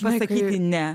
pasakyti ne